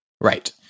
Right